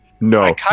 No